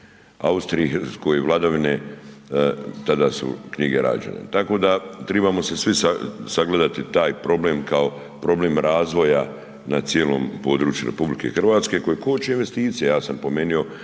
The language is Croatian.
Austrije, vladavine, tada su knjige rađene. Tako da trebamo se svi sagledati taj problem kao problem razvoja na cijelom području RH koji koči investicije, ja sam spomenuo